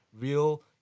real